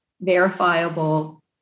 verifiable